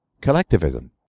collectivism